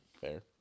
Fair